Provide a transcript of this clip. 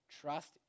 Trust